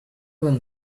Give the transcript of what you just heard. them